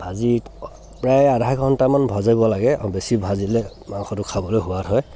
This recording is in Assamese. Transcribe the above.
ভাজি প্ৰায় আধা ঘণ্টামান ভাজিব লাগে আৰু বেছি ভাজিলে মাংসটো খাবলৈ সোৱাদ হয়